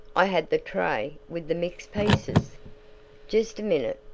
i had the tray with the mixed pieces just a minute,